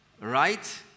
right